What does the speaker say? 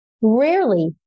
Rarely